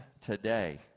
today